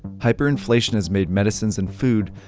hyperinflation has made medicines and food,